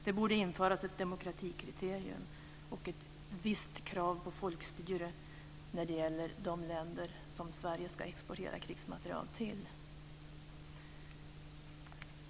Det borde införas ett demokratikriterium och ett visst krav på folkstyre när det gäller de länder som Sverige ska exportera krigsmateriel till.